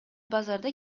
базарда